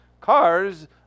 Cars